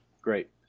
great